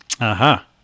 Aha